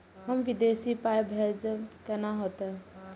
हम विदेश पाय भेजब कैना होते?